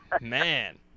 Man